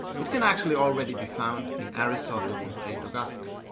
it can actually already be found in aristotle and saint augustine.